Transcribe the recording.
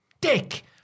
dick